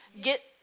get